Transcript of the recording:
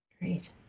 Great